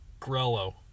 grello